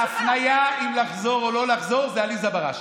ההפניה אם לחזור או לא לחזור זה עליזה בראשי.